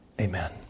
Amen